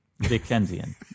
Dickensian